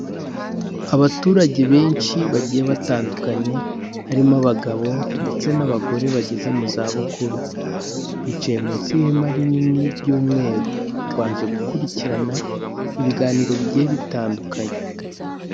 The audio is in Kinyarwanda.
Abaturage benshi bagiye batandukanye, harimo abagabo ndetse n'abagore bageze mu zabukuru, bicaye munsi y'ihema rinini ry'umweru, baje gukurikirana ibiganiro bigiye bitandukanye.